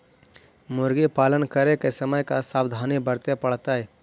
मुर्गी पालन करे के समय का सावधानी वर्तें पड़तई?